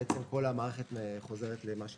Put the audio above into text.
בעצם כל המערכת חוזרת למה שהייתה.